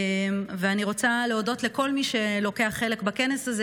אני רוצה להודות לכל מי שלוקח חלק בכנס הזה.